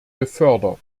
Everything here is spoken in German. gefördert